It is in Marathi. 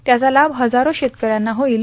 त्याचा लाभ हजारो शेतकऱ्यांना होईल